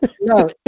no